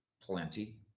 plenty